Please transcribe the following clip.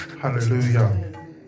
Hallelujah